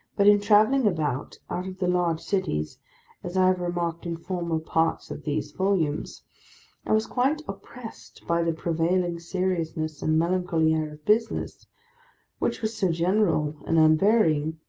but in travelling about, out of the large cities as i have remarked in former parts of these volumes i was quite oppressed by the prevailing seriousness and melancholy air of business which was so general and unvarying,